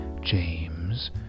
james